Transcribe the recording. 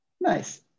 Nice